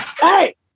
Hey